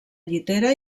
llitera